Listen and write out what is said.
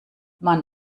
man